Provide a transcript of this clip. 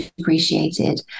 appreciated